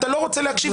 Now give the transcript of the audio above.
אתה לא רוצה להקשיב,